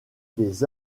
des